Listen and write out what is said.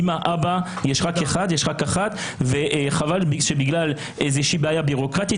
יש רק אימא ויש רק אבא אחד וחבל שבגלל איזושהי בעיה בירוקרטית